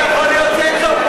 מה קורה לכם?